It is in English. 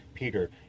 Peter